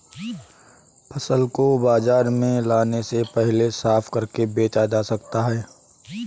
फसल को बाजार में लाने से पहले साफ करके बेचा जा सकता है?